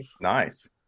Nice